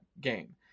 game